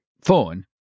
phone